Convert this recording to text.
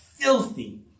filthy